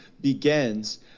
begins